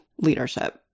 leadership